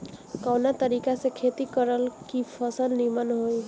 कवना तरीका से खेती करल की फसल नीमन होई?